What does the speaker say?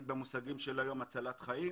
במושגים של היום זה נקרא הצלת חיים.